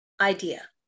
idea